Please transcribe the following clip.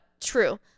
true